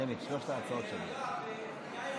שלוש ההצעות, שמית.